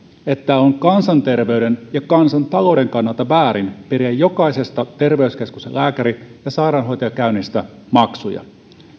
että on kansanterveyden ja kansantalouden kannalta väärin periä jokaisesta terveyskeskuksen lääkäri ja sairaanhoitajakäynnistä maksuja